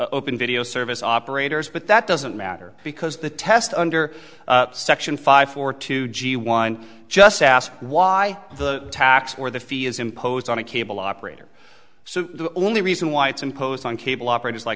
open video service operators but that doesn't matter because the test under section five for two g one just ask why the tax or the fee is imposed on a cable operator so the only reason why it's imposed on cable operat